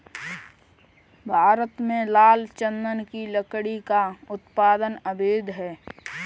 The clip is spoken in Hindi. भारत में लाल चंदन की लकड़ी का उत्पादन अवैध है